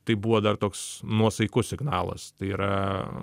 tai buvo dar toks nuosaikus signalas tai yra